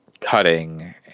cutting